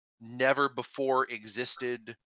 never-before-existed